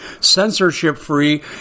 censorship-free